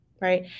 right